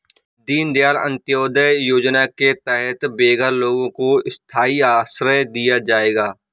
दीन दयाल अंत्योदया योजना के तहत बेघर लोगों को स्थाई आश्रय दिया जाएगा